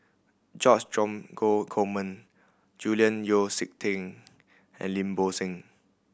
George Dromgold Coleman Julian Yeo See Teck and Lim Bo Seng